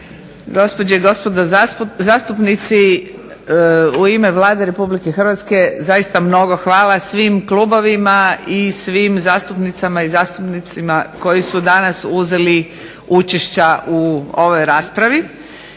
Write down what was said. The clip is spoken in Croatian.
gospođe i gospodo zastupnici u ime Vlada Republike Hrvatske. Zaista mnogo hvala svim klubovima i svim zastupnicama i zastupnicima koji su danas uzeli učešća u ovoj raspravi.